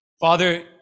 Father